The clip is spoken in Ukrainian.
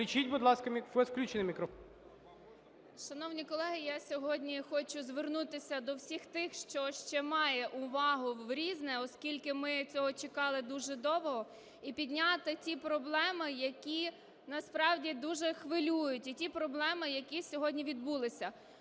Включіть, будь ласка… у вас включений мікрофон. 13:55:30 САВЧУК О.В. Шановні колеги! Я сьогодні хочу звернутися до всіх тих, що ще має увагу до "Різного", оскільки ми цього чекали дуже довго, і підняти ті проблеми, які, насправді, дуже хвилюють, і ті проблеми, які сьогодні відбулися.